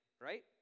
right